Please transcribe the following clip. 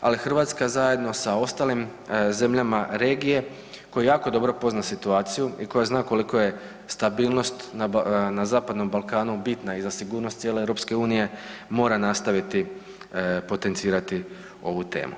ali Hrvatska zajedno sa ostalim zemljama regije koja jako dobro pozna situaciju i koja zna koliko je stabilnost na Zapadnom Balkanu bitna i za sigurnost cijele EU mora nastaviti potencirati ovu temu.